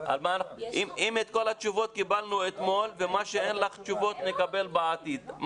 אם את כל התשובות קיבלו אתמול ומה שאין לך תשובות נקבל בעתיד?